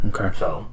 Okay